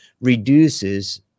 reduces